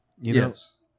Yes